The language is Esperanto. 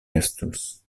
estus